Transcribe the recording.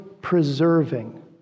preserving